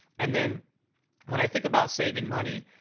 and then when i think about saving money,